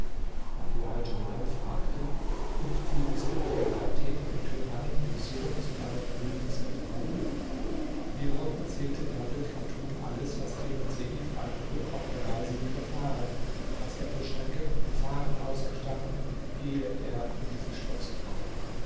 badial djamal fragte und wie bist du dem gewalttätigen tyrannen dem sohn des blauen königs entkommen hierauf erzählte dawlet chatun alles was ihr mit seif almuluk auf der reise widerfahren was er für schrecken und gefahren ausgestanden ehe er in dieses schloß gekommen